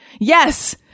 Yes